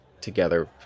together